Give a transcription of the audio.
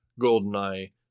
GoldenEye